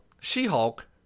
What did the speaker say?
She-Hulk